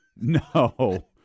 no